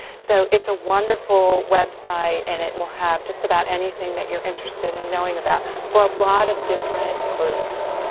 so, it's a wonderful website and it will have just about anything that you're interested in knowing about. for a lot of different groups.